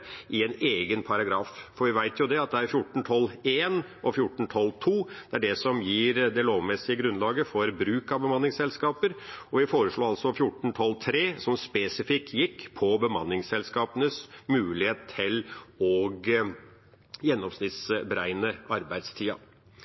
i en egen paragraf. Vi vet at det er § 14-12 og § 14-12 som gir det lovmessige grunnlaget for bruk av bemanningsselskaper, og vi foreslo en ny § 14-12 som spesifikt gikk på bemanningsselskapenes mulighet til å gjennomsnittsberegne arbeidstida.